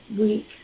week